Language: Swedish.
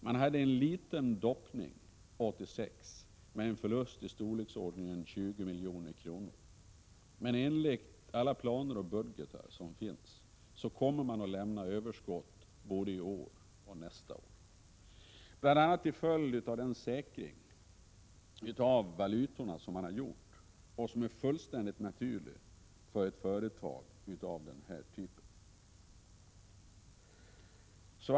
Man hade en liten doppning 1986 med en förlust på 20 milj.kr., men enligt alla planer och budgetar som finns kommer det att bli ett överskott både i år och nästa år, bl.a. till följd av den säkring av valutorna som man har gjort och som är fullständigt naturlig för ett företag av den här typen.